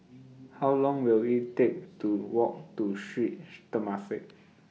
How Long Will IT Take to Walk to Sri Temasek